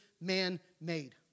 man-made